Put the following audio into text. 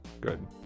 Good